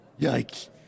Yikes